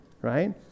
right